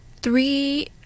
Three